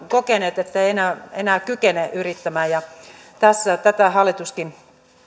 kokeneet että eivät enää kykene yrittämään ja tätä hallituskin